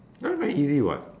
that one very easy [what]